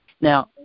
Now